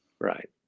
right